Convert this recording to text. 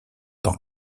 tant